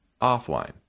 offline